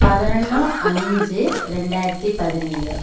பதினொன்னு அஞ்சு ரெண்டாயிரத்தி பதினேழு